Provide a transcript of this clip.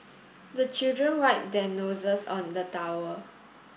the children wipe their noses on the towel